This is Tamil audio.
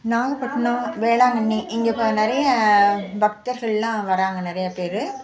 நாகப்பட்டினம் வேளாங்கண்ணி இங்கே நிறைய பக்தர்கள்லாம் வராங்க நிறையாப்பேரு